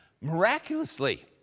miraculously